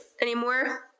anymore